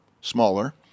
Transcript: smaller